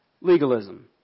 legalism